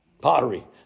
Pottery